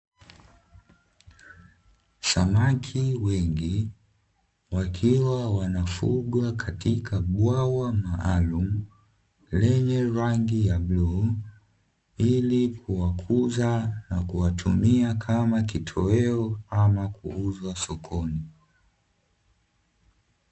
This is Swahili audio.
Samaki wengi, wakiwa wanafugwa katika bwawa maalumu lenye rangi ya bluu, ili kuwakuza na kuwatumia kama kitoweo ama kuuzwa sokoni.